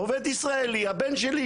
עובד ישראלי הבן שלי,